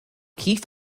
kif